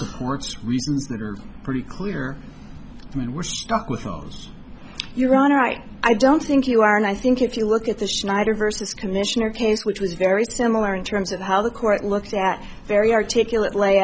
reasons that are pretty clear i mean we're stuck with those your honor right i don't think you are and i think if you look at the snyder versus commissioner case which was very similar in terms of how the court looks at very articulate lay